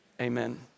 amen